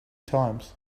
times